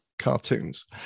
cartoons